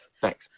Thanks